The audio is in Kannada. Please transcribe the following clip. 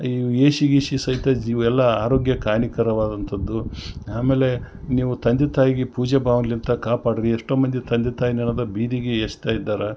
ಈ ಎ ಸಿ ಗೀಸಿ ಸಹಿತ ಜೀವೆಲ್ಲಾ ಆರೋಗ್ಯಕ್ಕೆ ಹಾನಿಕರವಾದಂಥದ್ದು ಆಮೇಲೆ ನೀವು ತಂದೆ ತಾಯಿಗೆ ಪೂಜೆ ಭಾವನೆಲಿಂತ ಕಾಪಾಡ್ರಿ ಎಷ್ಟೋ ಮಂದಿ ತಂದೆ ತಾಯಿನ ಏನಾದರು ಬೀದಿಗೆ ಎಸಿತಾ ಇದ್ದಾರ